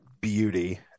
beauty